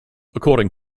according